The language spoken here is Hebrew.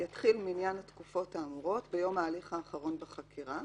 יתחיל מניין התקופות האמורות ביום ההליך האחרון בחקירה,